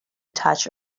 touch